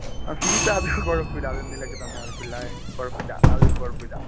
ആ ഫീസ് അത് കൊഴപ്പില്ല അത് എന്തേലും ഒക്കെ തന്നാ മതി പിള്ളാര് കൊഴപ്പില്ല അത് കൊഴപ്പില്ല